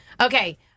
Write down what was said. Okay